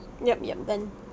yup yup doe